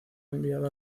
enviado